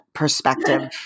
perspective